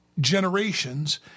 generations